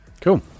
Cool